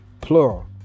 plural